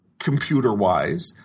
computer-wise